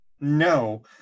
No